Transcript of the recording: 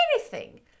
anything